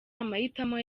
amahitamo